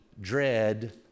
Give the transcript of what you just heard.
dread